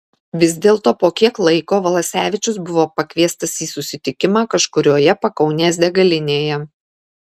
vis dėlto po kiek laiko valasevičius buvo pakviestas į susitikimą kažkurioje pakaunės degalinėje